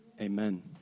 Amen